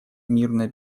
мирная